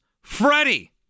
Freddie